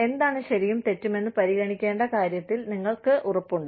എന്താണ് ശരിയും തെറ്റുമെന്ന് പരിഗണിക്കേണ്ട കാര്യത്തിൽ നിങ്ങൾക്ക് ഉറപ്പുണ്ട്